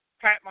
Pat